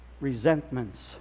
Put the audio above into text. resentments